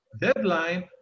deadline